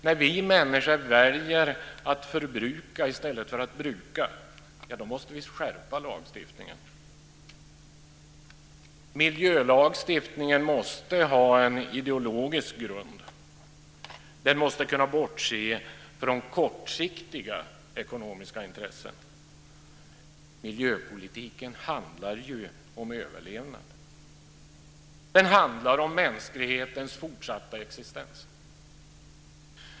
När vi människor väljer att förbruka i stället för att bruka måste lagstiftningen skärpas. Miljölagstiftningen måste ha en ideologisk grund. Den måste kunna bortse från kortsiktiga ekonomiska intressen. Miljöpolitiken handlar om överlevnad, om mänsklighetens fortsatta existens.